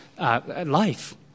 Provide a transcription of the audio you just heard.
life